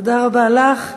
תודה רבה לך.